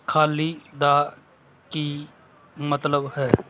ਖਾਲੀ ਦਾ ਕੀ ਮਤਲਬ ਹੈ